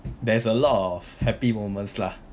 there's a lot of happy moments lah